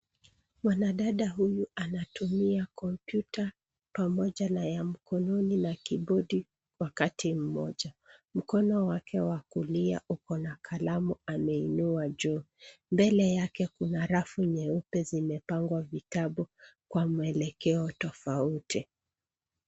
Mwanadada huyu anatumia kompyuta pamoja na ya mkononi na kibodi wakati moja. Mkono wake wa kulia uko na kalamu ameinua juu. Mbele yake kuna rafu nyeupe zimepangwa vitabu kwa mwelekeo tofauti.